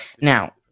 Now